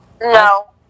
No